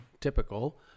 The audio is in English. typical